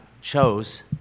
chose